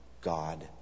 God